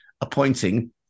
appointing